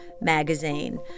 magazine